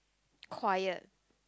quiet